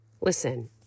Listen